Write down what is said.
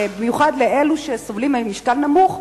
במיוחד לאלה שסובלים ממשקל נמוך,